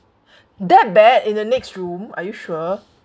that bad in the next room are you sure